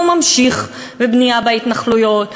הוא ממשיך בבנייה בהתנחלויות,